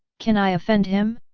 can i offend him?